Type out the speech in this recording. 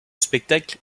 spectacle